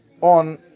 on